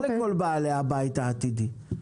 לא לכל בעלי הבית העתידיים,